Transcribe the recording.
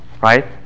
Right